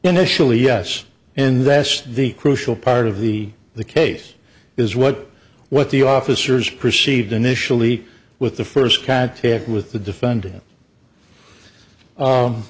initially yes and that's the crucial part of the the case is what what the officers perceived initially with the first cat with the defendant